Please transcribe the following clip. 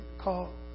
call